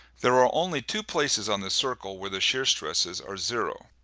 there are only two places on the circle where the shear stresses are zero.